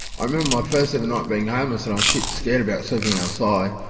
i remember my first ever night being homeless and i was shit scared about sleeping outside,